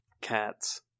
cats